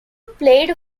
played